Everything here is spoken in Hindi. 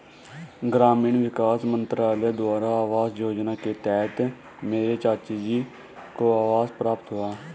ग्रामीण विकास मंत्रालय द्वारा आवास योजना के तहत मेरे चाचाजी को आवास प्राप्त हुआ